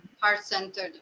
heart-centered